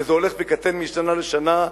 וזה הולך וקטן משנה לשנה,